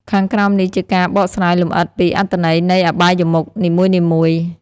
ខាងក្រោមនេះជាការបកស្រាយលម្អិតពីអត្ថន័យនៃអបាយមុខនីមួយៗ។